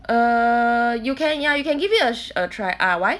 err you can ya you can give it a try ah why